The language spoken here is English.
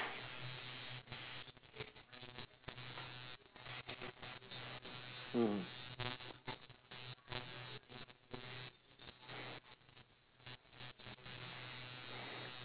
mm mm